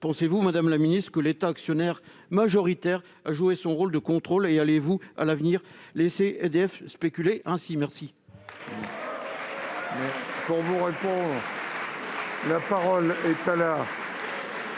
Pensez-vous, madame la ministre, que l'État, actionnaire majoritaire, a joué son rôle de contrôle ? Allez-vous, à l'avenir, laisser EDF spéculer ainsi ? La